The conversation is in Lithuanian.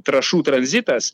trąšų tranzitas